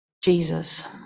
Jesus